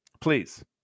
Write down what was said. Please